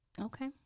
Okay